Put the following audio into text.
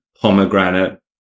pomegranate